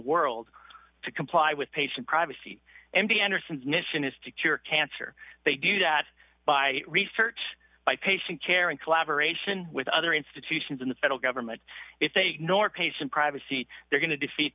world to comply with patient privacy and the andersons mission is to cure cancer they do that by research by patient care and collaboration with other institutions in the federal government if they nor patient privacy they're going to defeat